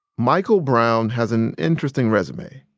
michael brown has an interesting resume.